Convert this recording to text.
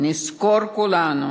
נזכור כולנו